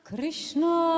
Krishna